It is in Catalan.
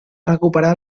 recuperar